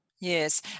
Yes